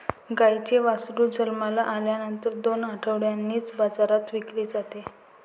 गाईचे वासरू जन्माला आल्यानंतर दोन आठवड्यांनीच बाजारात विकले जाते